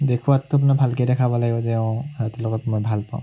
দেখুৱাততো আপোনাৰ ভালকেই দেখুৱাব লাগিব যে অঁ সিহঁতৰ লগত মই ভাল পাওঁ